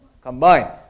combine